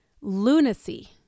lunacy